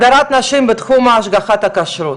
הדרת נשים בתחום השגחת הכשרות.